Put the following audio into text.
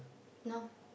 no